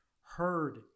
heard